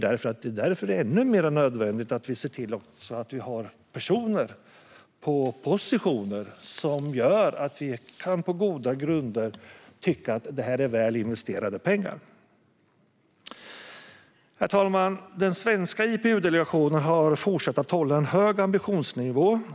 Därför är det ännu mer nödvändigt att se till att vi har personer på positioner som leder till att vi på goda grunder kan tycka att det är väl investerade pengar. Herr talman! Den svenska IPU-delegationen har fortsatt att hålla en hög ambitionsnivå.